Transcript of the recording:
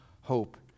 hope